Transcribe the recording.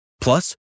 Plus